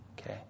Okay